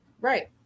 right